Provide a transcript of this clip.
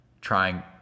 trying